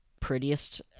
prettiest